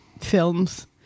films